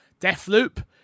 Deathloop